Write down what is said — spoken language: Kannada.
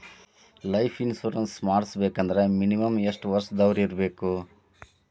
ಲೈಫ್ ಇನ್ಶುರೆನ್ಸ್ ಮಾಡ್ಸ್ಬೇಕಂದ್ರ ಮಿನಿಮಮ್ ಯೆಷ್ಟ್ ವರ್ಷ ದವ್ರಿರ್ಬೇಕು?